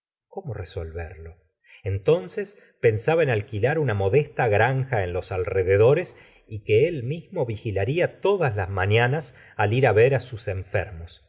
cómo resolverlo entonces pensaba en alquilar una modesta granja en los alrededores y que él mismo vigilaría todas las mañanas al ir á ver sus enfermos